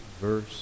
verse